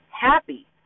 happy